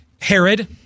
Herod